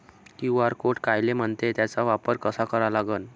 QR code कायले म्हनते, त्याचा वापर कसा करा लागन?